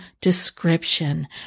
description